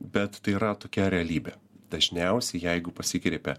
bet tai yra tokia realybė dažniausiai jeigu pasikreipia